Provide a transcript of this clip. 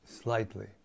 slightly